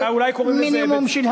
אולי קוראים לזה, לא.